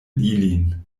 ilin